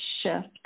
shift